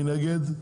מי נגד?